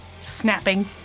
snapping